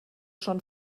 schon